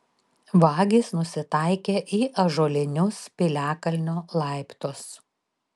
vagys nusitaikė į ąžuolinius piliakalnio laiptus